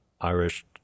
Irish